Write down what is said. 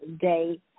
day